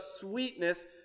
sweetness